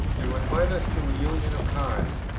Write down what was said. you invite us to a union of hearts,